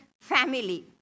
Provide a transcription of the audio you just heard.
family